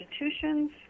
institutions